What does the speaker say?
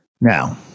Now